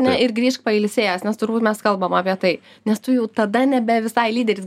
ne ir grįžk pailsėjęs nes turbūt mes kalbam apie tai nes tu jau tada nebe visai lyderis